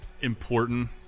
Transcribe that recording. important